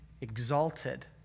exalted